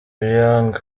young